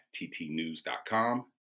ttnews.com